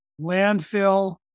landfill